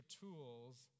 tools